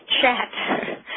chat